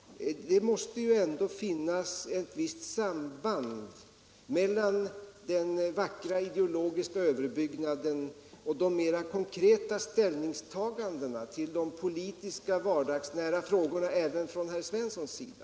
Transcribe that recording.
Det måste ju ändå finnas ett visst samband mellan den vackra ideologiska överbygg naden och de mera konkreta ställningstagandena till de politiska var dagsnära frågorna även från herr Svenssons sida.